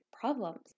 problems